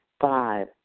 Five